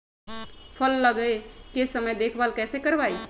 फल लगे के समय देखभाल कैसे करवाई?